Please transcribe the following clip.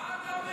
מה אתה אומר,